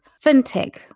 fintech